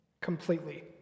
completely